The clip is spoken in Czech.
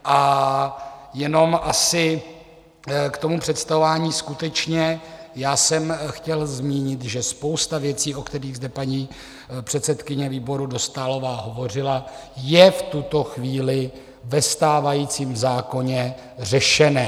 A jenom asi k tomu představování: skutečně jsem chtěl zmínit, že spousta věcí, o kterých zde paní předsedkyně výboru Dostálová hovořila, je v tuto chvíli ve stávajícím zákoně řešena.